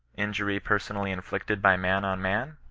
injury personally inflicted by man on man?